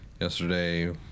Yesterday